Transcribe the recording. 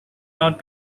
not